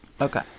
Okay